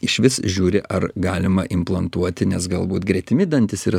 išvis žiūri ar galima implantuoti nes galbūt gretimi dantys yra